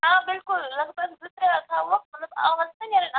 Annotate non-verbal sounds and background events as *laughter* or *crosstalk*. آ بِلکُل لگ بگ زٕ ترٛےٚ تھاوہوکھ مطلب آواز چھےٚ نا نیران اَصٕل *unintelligible*